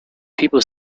people